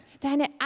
Deine